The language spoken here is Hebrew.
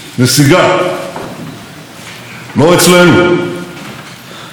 העשור הזה היה עשור מופלא, עשור של צמיחה,